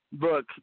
look